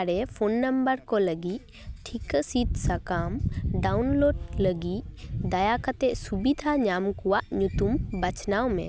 ᱟᱨᱮ phone number ᱠᱚ ᱞᱟᱹᱜᱤᱫ ᱴᱷᱤᱠᱟᱹ ᱥᱤᱫ ᱥᱟᱠᱟᱢ ᱰᱟᱣᱩᱱᱞᱳᱰ ᱞᱟᱹᱜᱤᱫ ᱫᱟᱭᱟ ᱠᱟᱛᱮ ᱥᱩᱵᱤᱫᱷᱟ ᱧᱟᱢ ᱠᱚᱣᱟᱜ ᱧᱩᱛᱩᱢ ᱵᱟᱪᱷᱱᱟᱣ ᱢᱮ